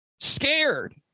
scared